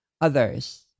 others